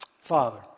Father